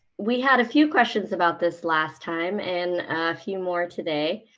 we had a few questions about this last time and a few more today.